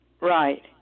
Right